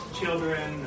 children